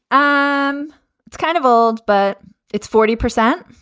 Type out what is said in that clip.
um it's kind of old, but it's forty percent.